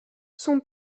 son